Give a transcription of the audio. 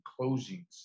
closings